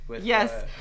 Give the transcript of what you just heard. yes